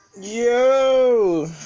Yo